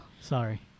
sorry